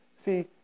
See